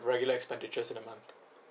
regular expenditures in a month